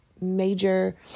major